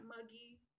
muggy